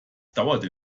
dauerte